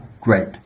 great